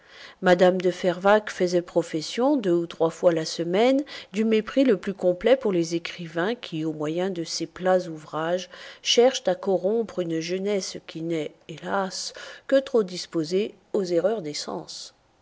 mme de fervaques faisait profession deux ou trois fois la semaine du mépris le plus complet pour les écrivains qui au moyen de ces plats ouvrages cherchent à corrompre une jeunesse qui n'est hélas que trop disposée aux erreurs